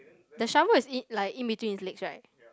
the shovel is in like in between his legs right